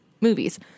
movies